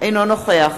אינו נוכח